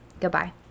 Goodbye